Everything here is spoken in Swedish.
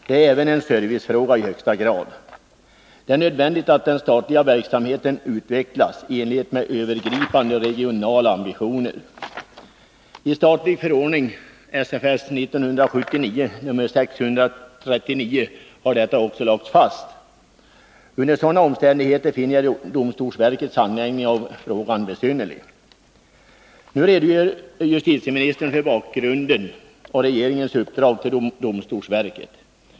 Det är även i högsta grad en servicefråga. Det är nödvändigt att den statliga verksamheten utvecklas i enlighet med övergripande regionala ambitioner. I statlig förordning SFS 1979:639 har detta också lagts fast. Under sådana omständigheter finner jag domstolsverkets handläggning av frågan besynnerlig. Nu redogör justitieministern för bakgrunden och regeringens uppdrag till domstolsverket.